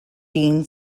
dean